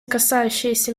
касающиеся